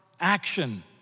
action